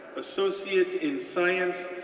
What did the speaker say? associate in science,